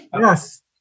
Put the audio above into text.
Yes